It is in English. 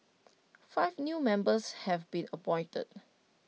five new members have been appointed